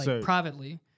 privately